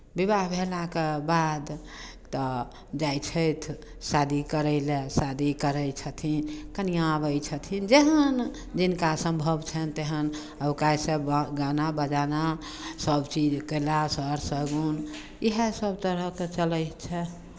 विवाह भेलाके बाद तऽ जाइ छथि शादी करय लेल शादी करै छथिन कनिआँ अबै छथिन जेहन जिनका सम्भव छनि तेहन ओकातिसँ गा गाना बजाना सभचीज कयला सर शगुन इएहसभ तरहके चलै छै